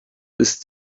ist